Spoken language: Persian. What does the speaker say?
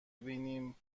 فرزندانم